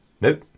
Nope